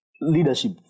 leadership